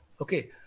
Okay